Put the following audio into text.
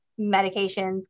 medications